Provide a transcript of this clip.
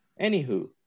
Anywho